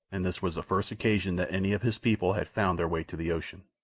and this was the first occasion that any of his people had found their way to the ocean.